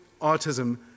autism